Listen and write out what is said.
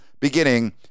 beginning